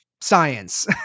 science